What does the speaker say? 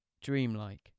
Dreamlike